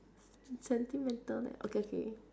sentimental leh okay okay